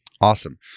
Awesome